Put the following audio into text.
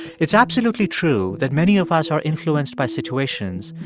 it's absolutely true that many of us are influenced by situations,